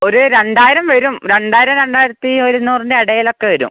ഒരു രണ്ടായിരം വരും രണ്ടായിരം രണ്ടായിരത്തി ഒരുന്നൂറിൻറ്റെടേലക്കെ വരും